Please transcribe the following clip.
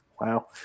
Wow